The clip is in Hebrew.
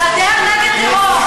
גדר נגד טרור,